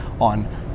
on